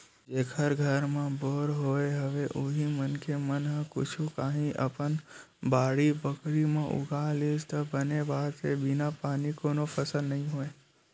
जेखर घर म बोर होय हवय उही मनखे मन ह कुछु काही अपन बाड़ी बखरी म उगा लिस त बने बात हे बिन पानी कोनो फसल नइ होय